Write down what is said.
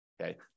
okay